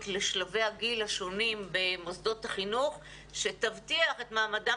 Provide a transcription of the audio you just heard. לשלבי הגיל השונים במוסדות החינוך שתבטיח את מעמדם,